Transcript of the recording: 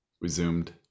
resumed